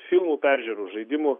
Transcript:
filmų peržiūrų žaidimų